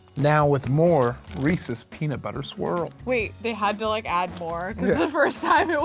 now with more reese's peanut butter swirl. wait they had to like add more because the first time it